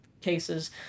cases